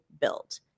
build